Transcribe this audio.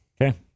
Okay